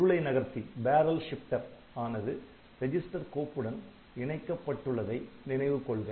உருளை நகர்த்தி ஆனது ரெஜிஸ்டர் கோப்புடன் இணைக்கப்பட்டுள்ளதை நினைவு கொள்க